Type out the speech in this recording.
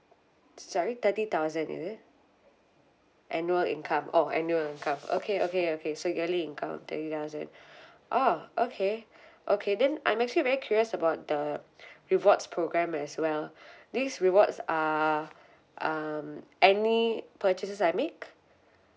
sorry thirty thousand is it annual income oh annual income okay okay okay so we got need income thirty thousand oh okay okay then I'm actually very curious about the rewards program as well these rewards are um any purchases I make